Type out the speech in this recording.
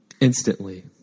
instantly